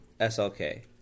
SLK